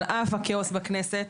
על אף הכאוס בכנסת,